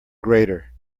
greater